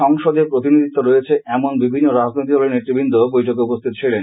সংসদে প্রতিনিধিত্ব রয়েছে এমন বিভিন্ন রাজনৈতিক দলের নেতৃবৃন্দ বৈঠকে উপস্থিত ছিলেন